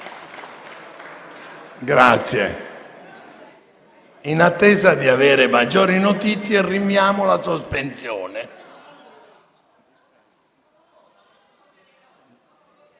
Grazie: in attesa di avere maggiori notizie, rinviamo la sospensione.